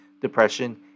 depression